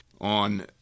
On